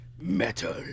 metal